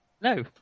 No